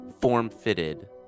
form-fitted